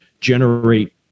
generate